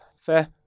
Fair